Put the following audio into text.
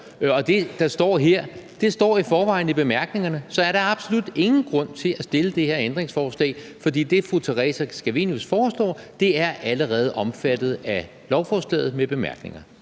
Det, der står her, står i forvejen i bemærkningerne, så der er absolut ingen grund til at stille de her ændringsforslag. Det, fru Theresa Scavenius foreslår, er allerede omfattet af lovforslaget med bemærkninger.